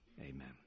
amen